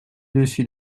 dessus